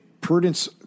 Prudence